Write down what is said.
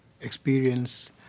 experience